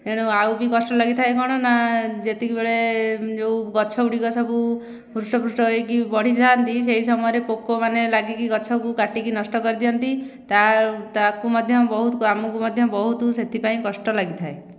ଏଣୁ ଆଉ ବି କଷ୍ଟ ଲାଗିଥାଏ କଣ ନା ଯେତିକିବେଳେ ଯେଉଁ ଗଛ ଗୁଡ଼ିକ ସବୁ ହୃଷ୍ଟ ପୃଷ୍ଠ ହୋଇକି ବଢ଼ିଯାନ୍ତି ସେହି ସମୟରେ ପୋକମାନେ ଲାଗିକି ଗଛକୁ କାଟିକି ନଷ୍ଟ କରିଦିଅନ୍ତି ତା ତାକୁ ମଧ୍ୟ ବହୁତ ଆମକୁ ମଧ୍ୟ ବହୁତ ସେଥିପାଇଁ କଷ୍ଟ ଲାଗିଥାଏ